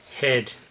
head